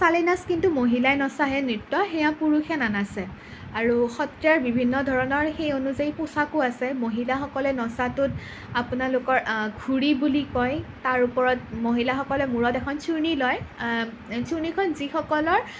চালি নাচ কিন্তু মহিলাই নচাহে নৃত্য সেয়া পুৰুষে নানাচে আৰু সত্ৰীয়াৰ বিভিন্ন ধৰণৰ সেই অনুযায়ী পোছাকো আছে মহিলাসকলে নচাটোত আপোনালোকৰ ঘূৰি বুলি কয় তাৰ ওপৰত মহিলাসকলে মূৰত এখন চুৰ্ণি লয় চুৰ্ণিখন যিসকলৰ